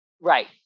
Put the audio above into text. Right